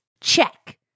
check